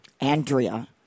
Andrea